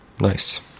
Nice